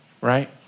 right